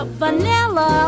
vanilla